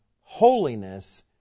holiness